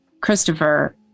christopher